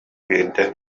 биирдэ